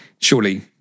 Surely